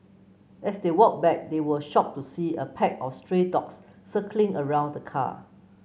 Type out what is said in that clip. as they walked back they were shocked to see a pack of stray dogs circling around the car